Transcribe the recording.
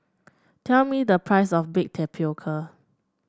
tell me the price of bake tapioca